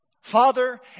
Father